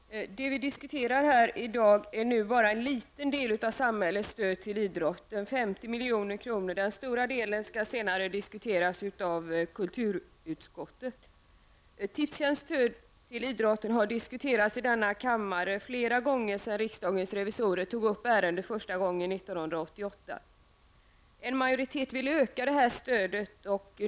Herr talman! Vi diskuterar här i dag bara en liten del av samhällets stöd till idrotten, 50 milj.kr. Den stora delen skall senare diskuteras av kulturutskottet. Tipstjänsts stöd till idrotten har diskuterats i denna kammare flera gånger sedan riksdagens revisorer tog upp ärendet första gången år 1988. En majoritet vill öka stödet.